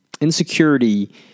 insecurity